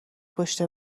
پشت